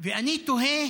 ואני תוהה